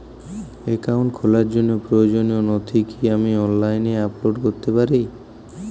Account খোলার জন্য প্রয়োজনীয় নথি কি আমি অনলাইনে আপলোড করতে পারি?